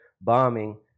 bombing